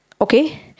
okay